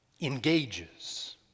engages